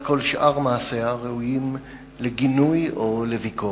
כל שאר מעשיה ראויים לגינוי או לביקורת.